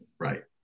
right